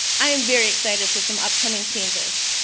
i am very excited for some upcoming changes.